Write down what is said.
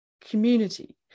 community